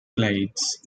glades